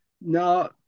Now